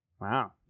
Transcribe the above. Wow